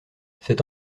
c’est